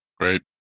Great